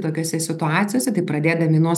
tokiose situacijose taip pradėdami nuo